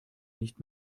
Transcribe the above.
nicht